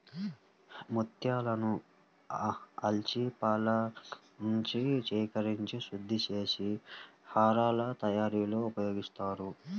ముత్యాలను ఆల్చిప్పలనుంచి సేకరించి శుద్ధి చేసి హారాల తయారీలో ఉపయోగిస్తారు